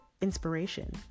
inspiration